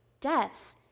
death